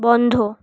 বন্ধ